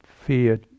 fear